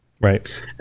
Right